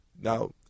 Now